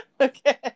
Okay